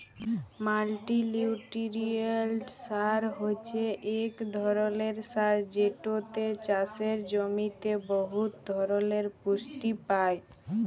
মাল্টিলিউটিরিয়েল্ট সার হছে ইক ধরলের সার যেটতে চাষের জমিতে বহুত ধরলের পুষ্টি পায়